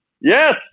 Yes